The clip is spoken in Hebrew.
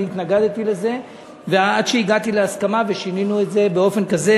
התנגדתי לזה עד שהגעתי להסכמה ושינינו את זה באופן כזה